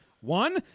One